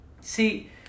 See